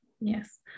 Yes